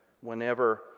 whenever